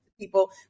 people